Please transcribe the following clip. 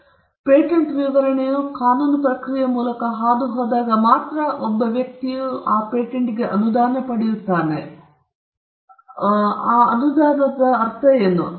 ಲಿಖಿತ ಭಾಗವಾಗಿದ್ದು ಅದು ಪೇಟೆಂಟ್ ವಿವರಣೆಯು ಕಾನೂನು ಪ್ರಕ್ರಿಯೆಯ ಮೂಲಕ ಹಾದು ಹೋದಾಗ ಮಾತ್ರ ಒಬ್ಬ ವ್ಯಕ್ತಿಯು ಅನುದಾನ ಪಡೆಯುತ್ತಾನೆ ನಾವು ಅನುದಾನದಿಂದ ಅರ್ಥವಾಗುತ್ತೇವೆಯೇ